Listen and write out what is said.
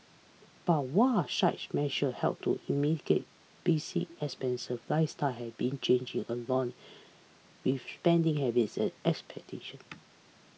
but while such measure help to basic expenses lifestyle have been changing along with spending habits and expectation